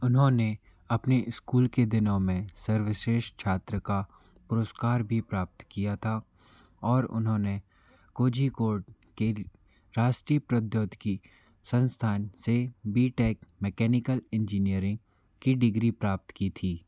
उन्होंने अपने स्कूल के दिनों में सर्वश्रेष्ठ छात्र का पुरस्कार भी प्राप्त किया था और उन्होंने कोझिकोड के राष्ट्रीय प्रौद्योगिकी संस्थान से बी टेक मैकेनिकल इंजीनियरिंग की डिग्री प्राप्त की थी